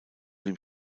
dem